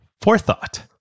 Forethought